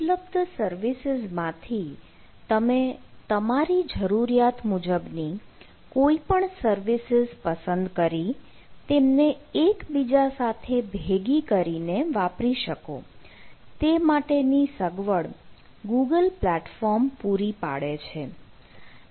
ઉપલબ્ધ સર્વિસીઝ માંથી તમે તમારી જરૂરિયાત મુજબની કોઈપણ સર્વિસીઝ પસંદ કરી તેમને એકબીજા સાથે ભેગી કરીને વાપરી શકો તે માટેની સગવડ ગૂગલ પ્લેટફોર્મ પૂરી પાડે છે